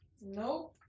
Nope